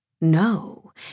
No